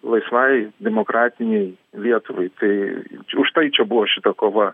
laisvai demokratinei lietuvai tai užtai čia buvo šita kova